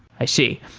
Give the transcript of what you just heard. i see.